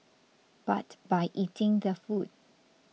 but by eating the food